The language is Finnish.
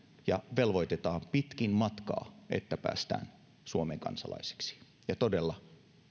ja velvoitetaan pitkin matkaa että päästään suomen kansalaiseksi ja todella